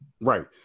right